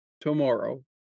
tomorrow